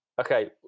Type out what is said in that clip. Okay